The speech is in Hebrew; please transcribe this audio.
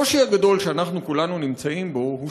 הקושי הגדול שאנחנו כולנו נמצאים בו הוא